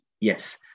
yes